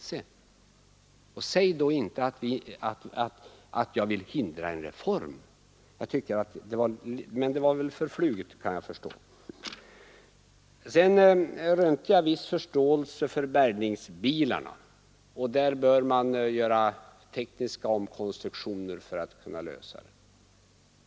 Säg då inte att jag vill förhindra en reform. Det var väl ett förfluget ord, kan jag förstå. Jag rönte viss förståelse för mitt resongemang om bärgningsbilarna. På den punkten bör man göra tekniska omkonstruktioner för att kunna lösa problemen.